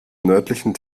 nördlichen